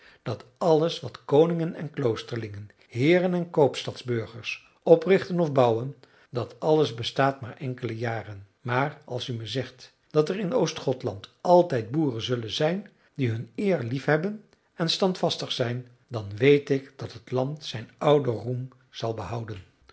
dat alles wat koningen en kloosterlingen heeren en koopstadburgers oprichten of bouwen dat alles bestaat maar enkele jaren maar als u me zegt dat er in oostgothland altijd boeren zullen zijn die hun eer liefhebben en standvastig zijn dan weet ik dat het land zijn ouden roem zal behouden